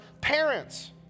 parents